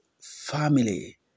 family